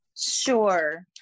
Sure